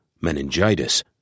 meningitis